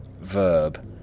Verb